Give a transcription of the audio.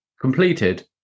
completed